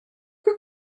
que